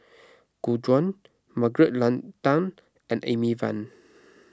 Gu Juan Margaret Leng Tan and Amy Van